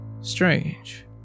strange